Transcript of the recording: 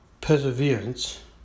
Perseverance